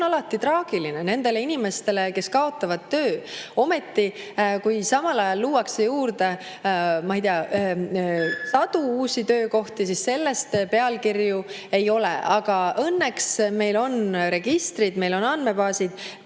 see on alati traagiline nendele inimestele, kes kaotavad töö. Ent kui samal ajal luuakse juurde, ma ei tea, sadu uusi töökohti, siis sellest pealkirju ei ole. Õnneks meil on registrid, meil on andmebaasid,